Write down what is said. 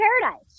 paradise